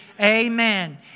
Amen